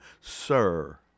Sir